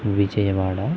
Vijayawada